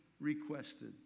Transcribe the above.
requested